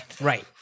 Right